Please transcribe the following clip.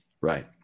Right